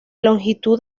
longitud